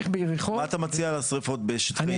מה אתה מציע לגבי השרפות בשטחי A ו-B?